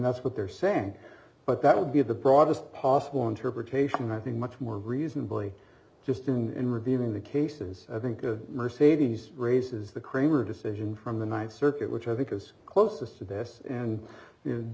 that's what they're saying but that would be the broadest possible interpretation i think much more reasonably just in revealing the cases i think the mercedes raises the cramer decision from the th circuit which i think is close to sadistic and